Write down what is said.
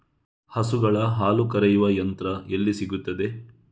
ಹಸುಗಳ ಹಾಲು ಕರೆಯುವ ಯಂತ್ರ ಎಲ್ಲಿ ಸಿಗುತ್ತದೆ?